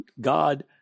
God